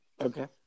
Okay